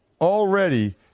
already